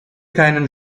keinen